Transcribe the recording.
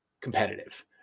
competitive